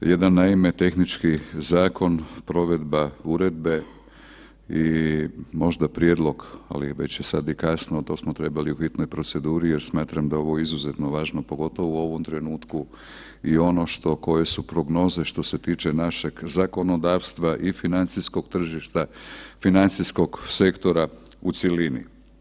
Jedan naime tehnički zakon provedba uredbe i možda prijedlog, ali već je sada i kasno, to smo trebali u bitnoj proceduri jer smatram da je ovo izuzetno važno pogotovo u ovom trenutku i ono koje su prognoze što se tiče našeg zakonodavstva i financijskog tržišta, financijskog sektora u cjelini.